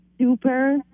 super